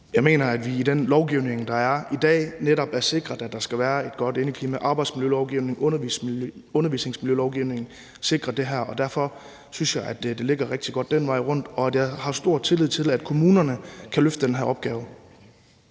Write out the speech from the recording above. Jeg mener, at vi i den lovgivning, der er i dag, netop er sikret, at der skal være et godt indeklima. Arbejdsmiljølovgivningen og undervisningsmiljølovgivningen sikrer det her, og derfor synes jeg, at det ligger rigtig godt den vej rundt, og jeg har stor tillid til, at kommunerne kan løfte den her opgave.